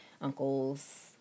uncles